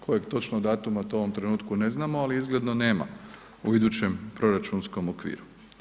Kojeg točno datuma, to u ovom trenutku ne znamo, ali izgledno nema u idućem proračunskom okviru.